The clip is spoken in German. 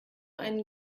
einen